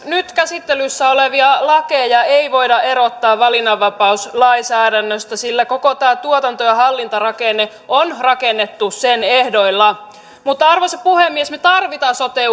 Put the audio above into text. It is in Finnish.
nyt käsittelyssä olevia lakeja ei voida erottaa valinnanvapauslainsäädännöstä sillä koko tämä tuotanto ja hallintarakenne on rakennettu sen ehdoilla arvoisa puhemies me tarvitsemme sote